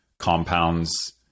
Compounds